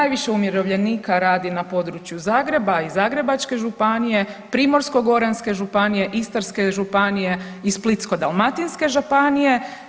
Najviše umirovljenika radi na području Zagreba i Zagrebačke županije, Primorsko-goranske županije, Istarske županije i Splitsko-dalmatinske županije.